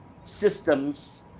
systems